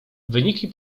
wyniki